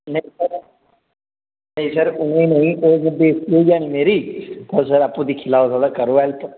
नेईं सर नेईं सर उ'यां नेईं ओह् इ'यां बेजती होई जानी मेरी तुस सर तुस आपूं दिक्खी लैओ थोह्ड़ा करो हैल्प